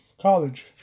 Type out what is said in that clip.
college